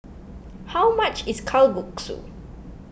how much is Kalguksu